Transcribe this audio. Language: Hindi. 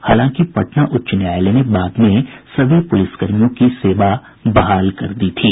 हालांकि पटना उच्च न्यायालय ने बाद में सभी पुलिसकर्मियों की सेवा बहाल कर दी थी